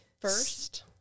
First